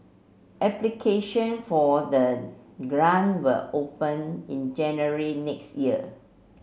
application for the grant will open in January next year